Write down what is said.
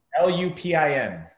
L-U-P-I-N